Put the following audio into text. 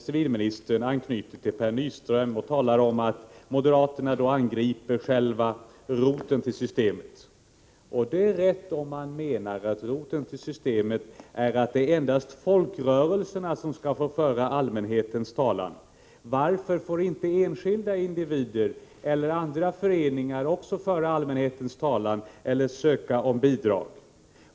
Civilministern anknyter till Per Nyström och talar om att moderaterna angriper själva roten till systemet, och det är rätt om man menar att roten till systemet är att det endast är folkrörelserna som skall få föra allmänhetens talan. Varför får inte enskilda individer eller andra föreningar också föra allmänhetens talan eller söka bidrag?